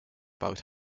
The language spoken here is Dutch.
bouwt